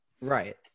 Right